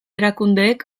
erakundeek